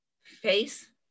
face